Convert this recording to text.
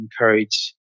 encourage